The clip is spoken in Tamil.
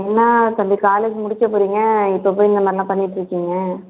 என்னா தம்பி காலேஜ் முடிக்கப் போகறீங்க இப்போ போய் இந்தமாதிரிலாம் பண்ணிகிட்டு இருக்கீங்க